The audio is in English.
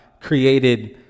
created